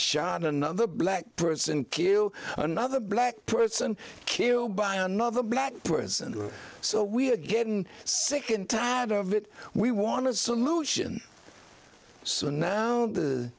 shot another black person kill another black person killed by another black person so we are getting sick and tired of it we won a solution so now